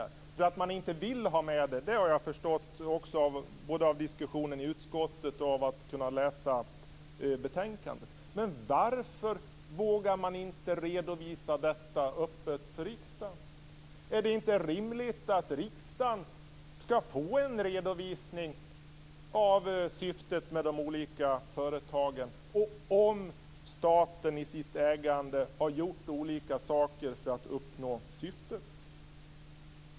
Jag har förstått att man inte vill ha med det, både av diskussionen i utskottet och genom att läsa betänkandet. Men varför vågar man inte redovisa detta öppet för riksdagen? Är det inte rimligt att riksdagen skall få en redovisning av syftet med de olika företagen och om staten i sitt ägande har gjort olika saker för att uppnå syftet?